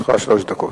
לרשותך שלוש דקות.